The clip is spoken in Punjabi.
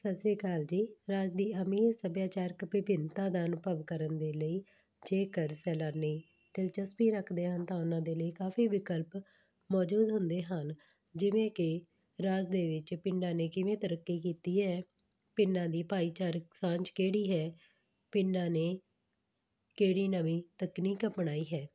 ਸਤਿ ਸ਼੍ਰੀ ਅਕਾਲ ਜੀ ਰਾਜ ਦੀ ਅਮੀਰ ਸੱਭਿਆਚਾਰਕ ਵਿਭਿੰਨਤਾ ਦਾ ਅਨੁਭਵ ਕਰਨ ਦੇ ਲਈ ਜੇਕਰ ਸੈਲਾਨੀ ਦਿਲਚਸਪੀ ਰੱਖਦੇ ਹਨ ਤਾਂ ਉਹਨਾਂ ਦੇ ਲਈ ਕਾਫੀ ਵਿਕਲਪ ਮੌਜੂਦ ਹੁੰਦੇ ਹਨ ਜਿਵੇਂ ਕਿ ਰਾਜ ਦੇ ਵਿੱਚ ਪਿੰਡਾਂ ਨੇ ਕਿਵੇਂ ਤਰੱਕੀ ਕੀਤੀ ਹੈ ਪਿੰਡਾਂ ਦੀ ਭਾਈਚਾਰਕ ਸਾਂਝ ਕਿਹੜੀ ਹੈ ਪਿੰਡਾਂ ਨੇ ਕਿਹੜੀ ਨਵੀਂ ਤਕਨੀਕ ਅਪਣਾਈ ਹੈ